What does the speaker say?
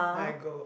then I go